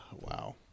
wow